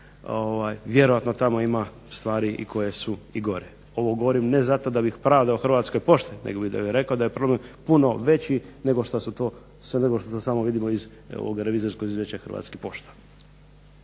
vjerojatno tamo ima stvari koje su gore. Ovo govorim ne zato da bih pravdao Hrvatske pošte nego bih rekao da je problem puno veći nego što to samo vidimo iz samog revizorskog izvješća Hrvatskih pošta.